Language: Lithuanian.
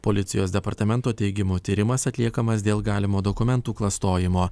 policijos departamento teigimu tyrimas atliekamas dėl galimo dokumentų klastojimo